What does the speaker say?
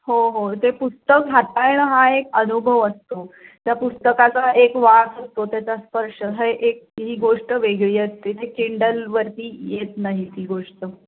हो हो ते पुस्तक हाताळणं हा एक अनुभव असतो त्या पुस्तकाचा एक वास असतो त्याचा स्पर्श हे एक ही गोष्ट वेगळी असते ते किंडलवरती येत नाही ती गोष्ट